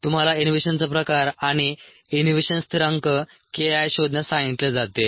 तुम्हाला इनहिबिशनचा प्रकार आणि इनहिबिशन स्थिरांक K I शोधण्यास सांगितले जाते